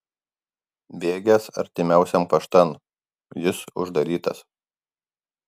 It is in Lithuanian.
bėgęs artimiausian paštan jis uždarytas